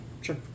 Sure